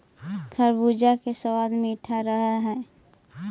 खरबूजा के सबाद मीठा रह हई